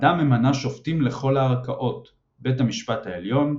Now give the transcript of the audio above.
הוועדה ממנה שופטים לכל הערכאות בית המשפט העליון,